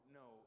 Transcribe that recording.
no